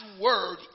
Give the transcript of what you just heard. Word